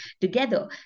together